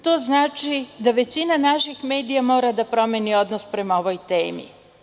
To znači da većina naših medija mora da promeni odnos prema ovoj temi.